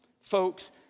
Folks